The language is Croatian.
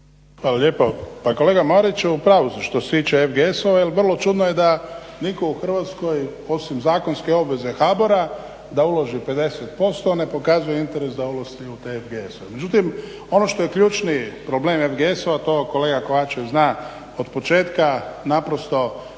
Hvala lijepo. Pa kolega Mariću u pravu ste što se tiče FGS-ova jer vrlo čudno je da nitko u Hrvatskoj osim zakonske obveze HBOR-a da uloži 50% ne pokazuje interes da ulazi u te FGS-ove. Međutim, ono što je ključni problem FGS-ova to kolega Kovačević zna od početka naprosto